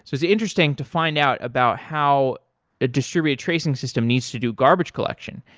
so it's interesting to find out about how a distributed tracing system needs to do garbage collection.